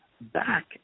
back